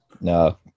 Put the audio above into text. No